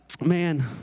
man